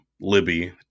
Libby